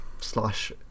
slash